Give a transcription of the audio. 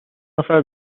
نفر